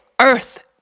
Earth